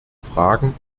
fragen